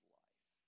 life